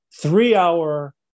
three-hour